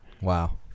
Wow